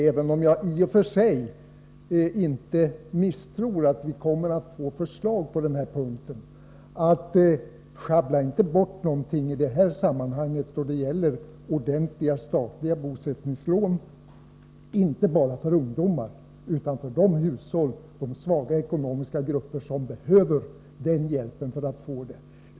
Även om jag i och för sig inte misstror uppgiften att vi kommer att få förslag på den här punkten, vill jag säga: Sjabbla inte bort någonting då det gäller återinförandet av ordentliga statliga bosättningslån, inte bara för ungdomar utan också för de övriga hushåll och svaga ekonomiska grupper som behöver den hjälpen.